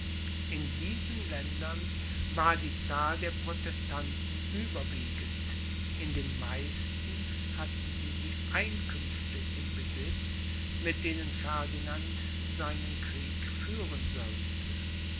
in diesen ländern war die zahl der protestanten überwiegend in den meisten hatten sie die einkünfte im besitz mit denen ferdinand seinen krieg führen sollte